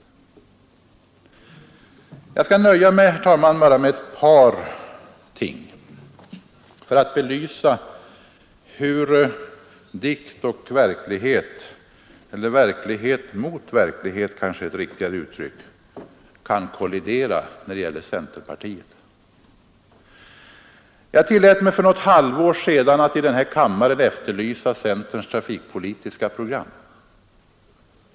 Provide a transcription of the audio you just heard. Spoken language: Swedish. Jag skall nöja mig, herr talman, med bara ett par ting för att belysa hur dikt och verklighet — eller verklighet mot verklighet kanske är ett riktigare uttryck — kan kollidera när det gäller centerpartiet. Jag tillät mig för något halvår sedan att i den här kammaren efterlysa centerns trafikpolitiska program.